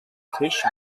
tisch